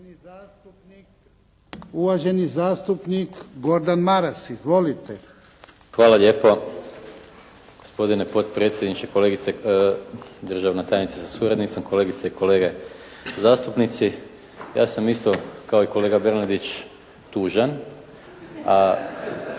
Uvaženi zastupnik Gordan Maras. Izvolite. **Maras, Gordan (SDP)** Hvala lijepo. Gospodine potpredsjedniče, državna tajnice sa suradnicom, kolegice i kolege zastupnici. Ja sam isto kao i kolega Bernardić tužan, a